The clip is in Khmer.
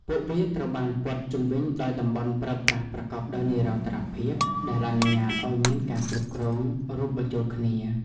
ពួកវាត្រូវបានព័ទ្ធជុំវិញដោយតំបន់ប្រើប្រាស់ប្រកបដោយនិរន្តរភាព ដែលអនុញ្ញាតឱ្យមានការគ្រប់គ្រងរួមបញ្ចូលគ្នា។